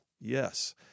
Yes